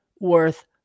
worth